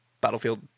Battlefield